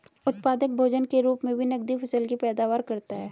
उत्पादक भोजन के रूप मे भी नकदी फसल की पैदावार करता है